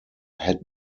had